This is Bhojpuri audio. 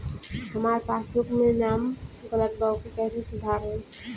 हमार पासबुक मे नाम गलत बा ओके कैसे सुधार होई?